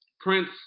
Prince